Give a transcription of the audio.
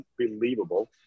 unbelievable